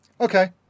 Okay